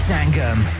Sangam